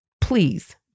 please